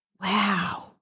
Wow